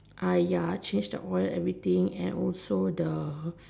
ya change the oil everything and also the